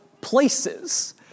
places